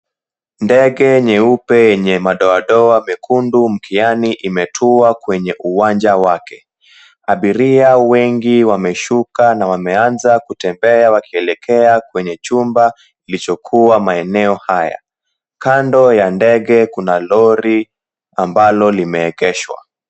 Ndege nyeupe yenye madoadoa mekundu mkiani imetua kwenye uwanja wake. Abiria wengi wameshuka na wameanza kutembea wakielekea kwenye chumba kilichokuwa maeneo haya. kando ya ndege kuna lori ambalo limeegeshwa.